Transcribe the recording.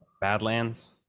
Badlands